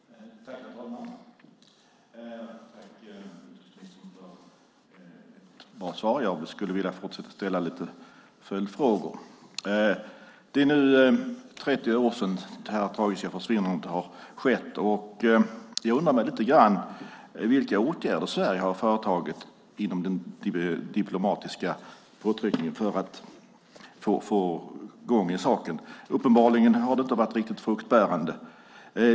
Herr talman! Jag tackar utrikesministern för svaret, och jag skulle vilja ställa några följdfrågor. Det är nu 30 år sedan det tragiska försvinnandet skedde. Jag undrar lite grann vilka åtgärder Sverige har vidtagit inom diplomatiska påtryckningar för att få i gång saken. Uppenbarligen har det inte varit riktigt fruktbärande.